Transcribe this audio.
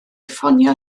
ffonio